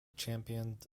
championed